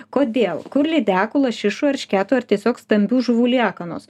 kodėl kur lydekų lašišų eršketų ar tiesiog stambių žuvų liekanos